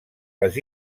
les